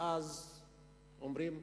ואז אומרים: